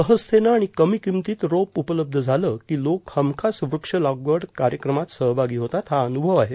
सहजतेने आणि कमी किंमतीत रोप उपलब्ध झाले की लोक हमखास वृक्षलागवड कार्यक्रमात सहभागी होतात हा अनुभव आहे